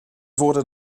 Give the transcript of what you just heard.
wurde